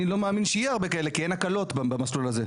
אני לא מאמין שיהיו הרבה כאלה כי אין הקלות במסלול הזה.